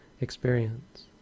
experience